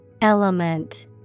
Element